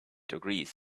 degrees